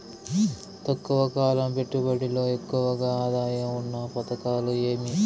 తక్కువ కాలం పెట్టుబడిలో ఎక్కువగా ఆదాయం ఉన్న పథకాలు ఏమి?